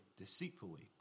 deceitfully